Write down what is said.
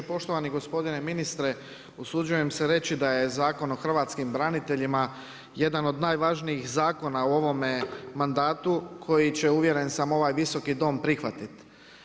Poštovani gospodine ministre, usuđujem se reći da je Zakon o hrvatskim braniteljima jedan od najvažnijih zakona u ovome mandatu koji će uvjeren sam, ovaj Visoki dom prihvatiti.